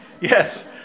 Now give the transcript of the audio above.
Yes